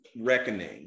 reckoning